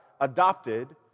adopted